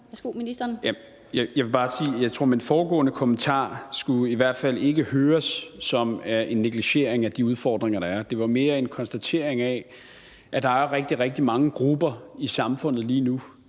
sige, at min foregående kommentar i hvert fald ikke skulle høres som en negligering af de udfordringer, der er. Det var mere en konstatering af, at der er rigtig, rigtig mange grupper i samfundet lige nu,